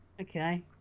Okay